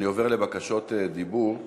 אני עובר לבקשות דיבור.